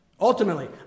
Ultimately